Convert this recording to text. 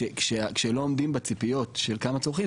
כשלא עומדים בציפיות של כמה צורכים,